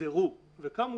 הוסדרו וקמו